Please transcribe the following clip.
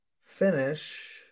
finish